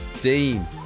Dean